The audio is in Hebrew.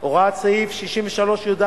הוראת סעיף 63יד(י),